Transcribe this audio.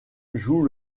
joue